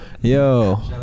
Yo